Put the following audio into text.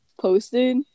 posted